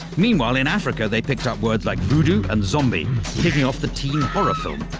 meanwhile in africa, they picked up words like voodoo and zombie kicking off the teen horror film.